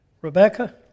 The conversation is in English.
Rebecca